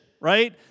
right